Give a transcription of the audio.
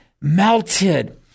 melted